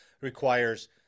Requires